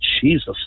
Jesus